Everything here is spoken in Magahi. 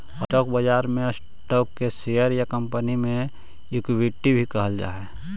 स्टॉक बाजार में स्टॉक के शेयर या कंपनी के इक्विटी भी कहल जा हइ